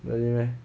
really meh